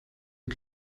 het